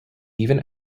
even